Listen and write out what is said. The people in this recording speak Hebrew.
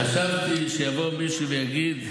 חשבתי שיבוא מישהו ויגיד: